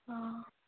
ହଁ